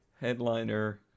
Headliner